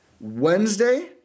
Wednesday